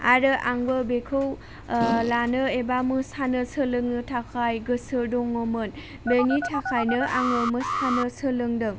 आरो आंबो बेखौ ओ लानो एबा मोसानो सोलोंनो थाखाय गोसो दङमोन बेनि थाखायनो आङो मोसानो सोलोंदों